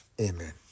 Amen